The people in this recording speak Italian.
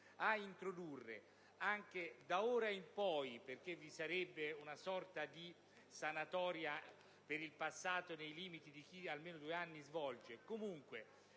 ad introdurre, da ora in poi - perché vi sarebbe una sorta di sanatoria per il passato, nei limiti di chi da almeno da due anni svolge questa